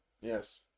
Yes